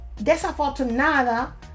desafortunada